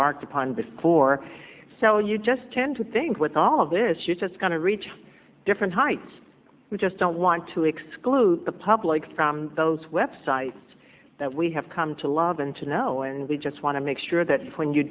barked upon before so you just tend to think with all of this you're just going to reach different heights we just don't want to exclude the public from those web sites that we have come to love and to know and we just want to make sure that when you